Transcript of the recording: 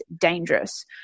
dangerous